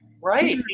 Right